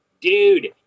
dude